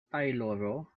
tajloro